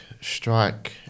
strike